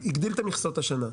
הגדיל את המכסות השנה.